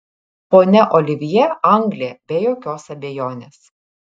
ponia olivjė anglė be jokios abejonės